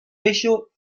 ello